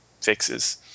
fixes